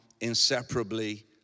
inseparably